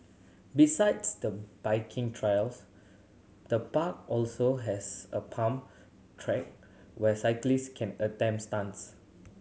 besides the biking trails the park also has a pump track where cyclist can attempt stunts